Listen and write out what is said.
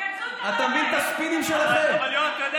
תכנסו את הוועדה, יש הסכמה מלאה.